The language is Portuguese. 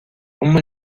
uma